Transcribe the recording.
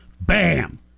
Bam